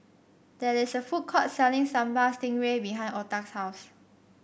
there is a food court selling Sambal Stingray behind Octa's house